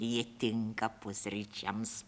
jie tinka pusryčiams